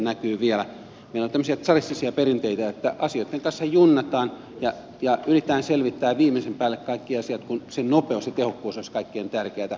meillä on tämmöisiä tsaristisia perinteitä että asioitten kanssa junnataan ja yritetään selvittää viimeisen päälle kaikki asiat kun nopeus ja tehokkuus olisivat kaikkein tärkeintä